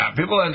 people